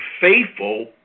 faithful